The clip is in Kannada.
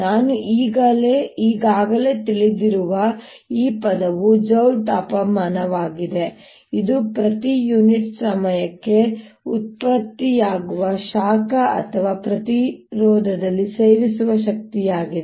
ನಾನು ಈಗಾಗಲೇ ತಿಳಿದಿರುವ ಈ ಪದವು ಜೌಲ್ ತಾಪನವಾಗಿದೆ ಇದು ಪ್ರತಿ ಯೂನಿಟ್ ಸಮಯಕ್ಕೆ ಉತ್ಪತ್ತಿಯಾಗುವ ಶಾಖ ಅಥವಾ ಪ್ರತಿರೋಧದಲ್ಲಿ ಸೇವಿಸುವ ಶಕ್ತಿಯಾಗಿದೆ